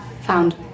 found